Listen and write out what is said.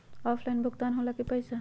Offline भुगतान हो ला कि पईसा?